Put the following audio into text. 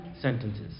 sentences